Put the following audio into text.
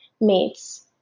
mates